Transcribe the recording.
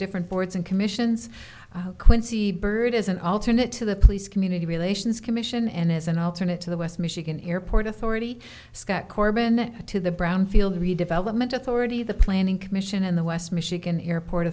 different boards and commissions quincy byrd as an alternate to the police community relations commission and as an alternate to the west michigan airport authority scott corbin to the brownfield redevelopment authority the planning commission and the west michigan airport